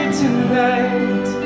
tonight